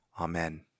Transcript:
Amen